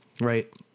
right